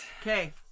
Okay